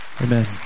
Amen